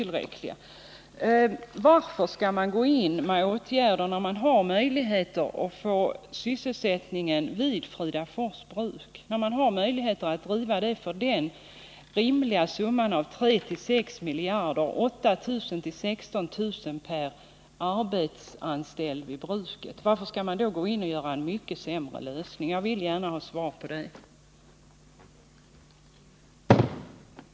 Men varför skall man gå in med åtgärder när man har möjlighet att få sysselsättning vid Fridafors bruk, som kan drivas vidare för den rimliga summan 3-6 miljoner, eller 8 000-16 000 kr. per anställd vid bruket? Varför skall man då ha en mycket sämre lösning? Jag vill gärna ha ett svar på den frågan.